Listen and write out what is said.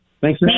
Thanks